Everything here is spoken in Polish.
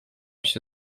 się